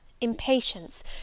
impatience